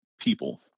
people